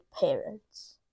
parents